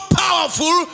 powerful